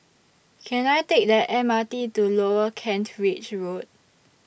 Can I Take The M R T to Lower Kent Ridge Road